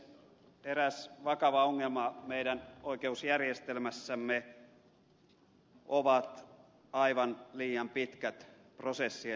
eräs vakava ongelma meidän oikeusjärjestelmässämme ovat aivan liian pitkät prosessien kestoajat